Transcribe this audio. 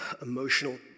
emotional